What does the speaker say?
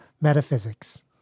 metaphysics